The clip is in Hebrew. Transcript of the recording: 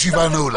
הישיבה נעולה.